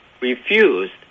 refused